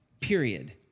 period